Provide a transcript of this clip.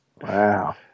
Wow